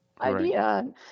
idea